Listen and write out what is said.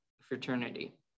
fraternity